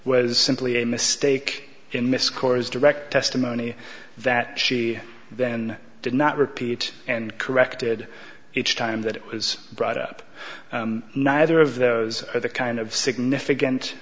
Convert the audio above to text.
was simply a mistake in miss corps direct testimony that she then did not repeat and corrected each time that it was brought up neither of those are the kind of significant